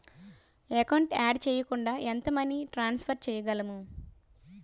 Account add చేయకుండా ఎంత money transfer చేయగలము?